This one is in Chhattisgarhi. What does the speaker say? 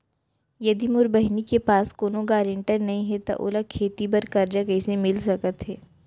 यदि मोर बहिनी के पास कोनो गरेंटेटर नई हे त ओला खेती बर कर्जा कईसे मिल सकत हे?